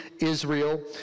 Israel